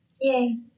Yay